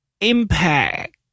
impact